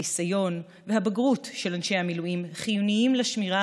הניסיון והבגרות של אנשי המילואים חיוניים לשמירה